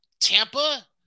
Tampa